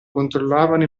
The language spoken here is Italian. controllavano